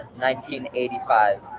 1985